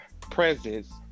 presence